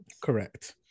Correct